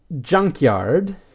junkyard